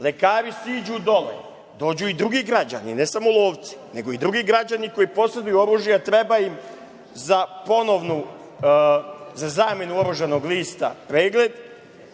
Lekari siđu dole, dođu i drugi građani, ne samo lovci, nego i drugi građani koji poseduju oružje, a treba im za zamenu oružanog lista pregled,